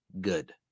good